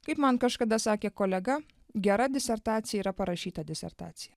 kaip man kažkada sakė kolega gera disertacija yra parašyta disertacija